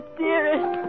dearest